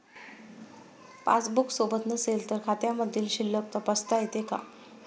Passbook सोबत नसेल तर खात्यामधील शिल्लक तपासता येते का?